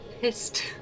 pissed